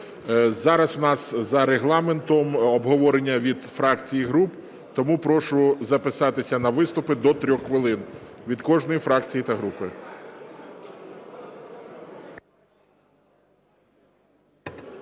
зараз в нас за Регламентом обговорення від фракцій і груп, тому прошу записатися на виступи до 3 хвилин від кожної фракції та групи.